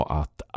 att